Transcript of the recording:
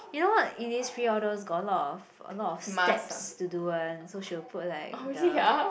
you know what Innisfree all those got a lot of a lot of steps to do one so she will put like the